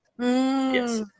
Yes